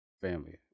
family